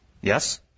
Yes